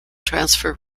transfer